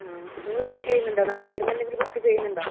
ആ നിങ്ങൾ ബുക്ക് ചെയ്യുന്നുണ്ടോ നാളെ വരുന്നുണ്ടെങ്കിൽ ബുക്ക് ചെയ്യുന്നുണ്ടോ